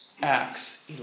Acts